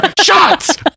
shots